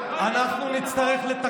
אנחנו נצטרך לנקות,